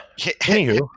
Anywho